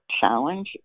challenge